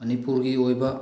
ꯃꯅꯤꯄꯨꯔꯒꯤ ꯑꯣꯏꯕ